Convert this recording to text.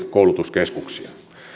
koulutuskeskuksiin